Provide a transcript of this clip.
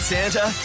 Santa